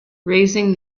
raising